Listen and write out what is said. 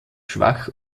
schwach